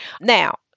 Now